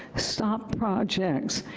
stop projects,